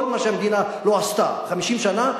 כל מה שהמדינה לא עשתה 50 שנה,